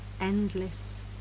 endless